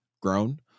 grown